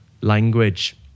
language